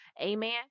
Amen